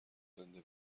زنده